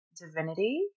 divinity